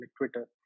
Twitter